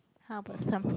how about some